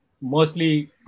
mostly